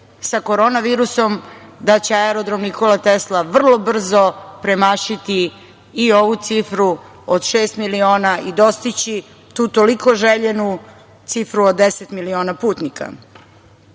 sa korona virusom, da će Aerodrom „Nikola Tesla“ vrlo brzo premašiti i ovu cifru od šest miliona i dostići tu toliko željenu cifru od deset miliona putnika. Sve